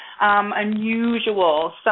unusual